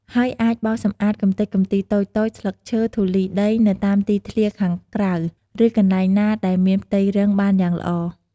ហើយអាចបោសសម្អាតកម្ទេចកំទីតូចៗ ស្លឹកឈើ ធូលីដីនៅតាមទីធ្លាខាងក្រៅ ឬកន្លែងណាដែលមានផ្ទៃរឹងបានយ៉ាងល្អ។